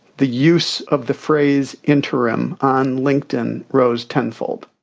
the use of the phrase interim on linkedin rose ten fold,